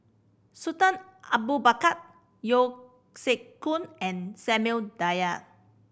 Sultan Abu Bakar Yeo Siak Goon and Samuel Dyer